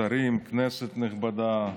שרים, כנסת נכבדה,